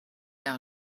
our